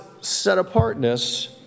set-apartness